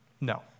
No